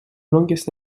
longest